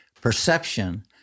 perception